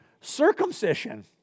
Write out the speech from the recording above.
circumcision